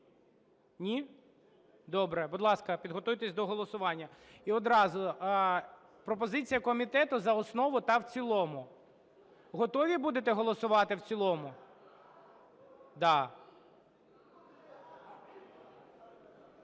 Ні? Добре. Будь ласка, підготуйтесь до голосування. І одразу пропозиція комітету за основу та в цілому. Готові будете голосувати в цілому? Да.